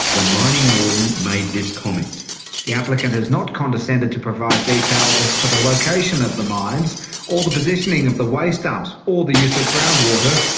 the mining warden made this comment the applicant has not condescended to provide details as to the location of the mines or the positioning of the waste dumps, or the use of groundwater,